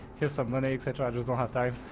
here's some money, etc. i just don't have time.